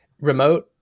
remote